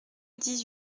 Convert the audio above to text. dix